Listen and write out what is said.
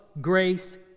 grace